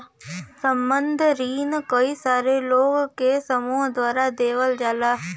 संबंद्ध रिन कई सारे लोग के समूह द्वारा देवल जाला